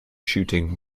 shooting